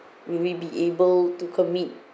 we will be able to commit